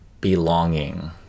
belonging